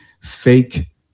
fake